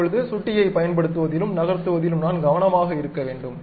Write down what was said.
இப்பொழுது சுட்டியை பயன்படுத்துவதிலும் நகர்த்துவதிலும் நான் கவனமாக இருக்க வேண்டும்